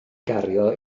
gario